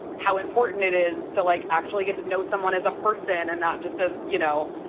how important it is to, like, actually get to know someone as a person and not just as, you know,